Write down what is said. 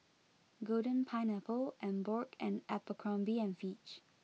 Golden Pineapple Emborg and Abercrombie and Fitch